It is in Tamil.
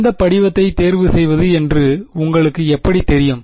எந்த படிவத்தை தேர்வு செய்வது என்று உங்களுக்கு எப்படி தெரியும்